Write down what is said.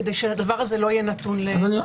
כדי שהדבר הזה לא יהיה נתון לפרשנות.